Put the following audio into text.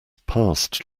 passed